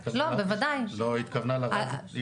היא התכוונה ל -- לא,